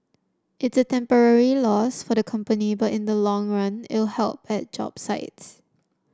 it's a temporary loss for the company but in the long run it'll help at job sites